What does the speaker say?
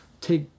Take